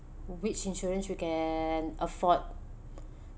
which insurance you can afford